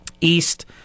east